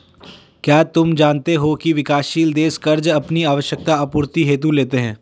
क्या तुम जानते हो की विकासशील देश कर्ज़ अपनी आवश्यकता आपूर्ति हेतु लेते हैं?